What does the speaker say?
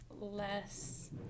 less